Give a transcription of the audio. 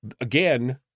Again